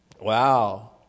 wow